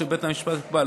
שבית המשפט יקבע,